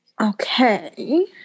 Okay